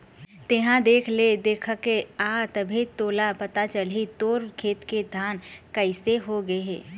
तेंहा देख ले देखके आ तभे तोला पता चलही तोर खेत के धान कइसे हो गे हे